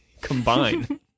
Combine